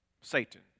Satan